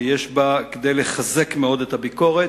שיש בה כדי לחזק מאוד את הביקורת.